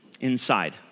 inside